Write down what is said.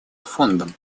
фондом